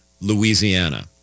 Louisiana